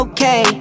Okay